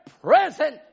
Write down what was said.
present